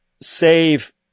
save